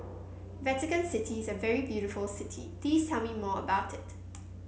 Vatican City is a very beautiful city please tell me more about it